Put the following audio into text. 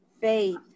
faith